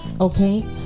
Okay